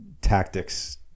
tactics